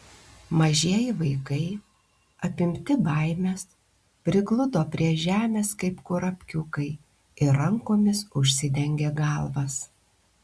mažieji vaikai apimti baimės prigludo prie žemės kaip kurapkiukai ir rankomis užsidengė galvas